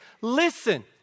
listen